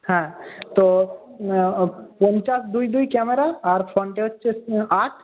হ্যাঁ তো পঞ্চাশ দুই দুই ক্যামেরা আর ফ্রন্টে হচ্ছে আট